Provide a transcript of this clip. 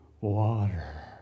water